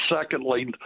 secondly